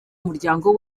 muryango